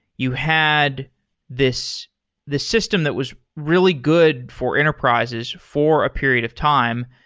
you had this this system that was really good for enterprises for a period of time.